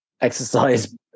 exercise